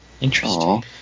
Interesting